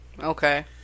Okay